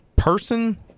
person